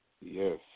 Yes